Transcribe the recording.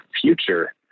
future